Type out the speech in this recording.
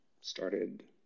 started